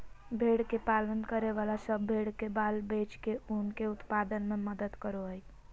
भेड़ के पालन करे वाला सब भेड़ के बाल बेच के ऊन के उत्पादन में मदद करो हई